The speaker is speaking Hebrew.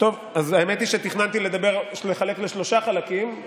האמת היא שתכננתי לחלק לשלושה חלקים,